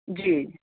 جی